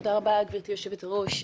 תודה רבה, גברתי יושבת הראש.